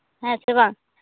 ᱦᱮᱸᱥᱮ ᱵᱟᱝ